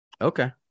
Okay